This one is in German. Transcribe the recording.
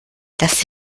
dass